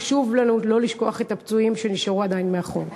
חשוב לנו שלא לשכוח את הפצועים שנשארו עדיין מאחור.